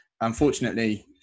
Unfortunately